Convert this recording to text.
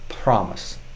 promise